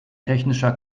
technischer